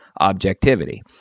objectivity